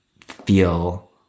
feel